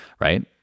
right